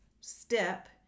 step